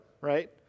right